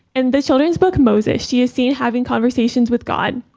and the children's book moses she is seen having conversations with god.